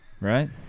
Right